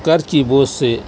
قرض کی بوجھ سے